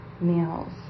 meals